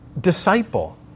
disciple